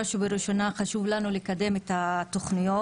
בראש ובראשונה חשוב לנו לקדם את התוכניות.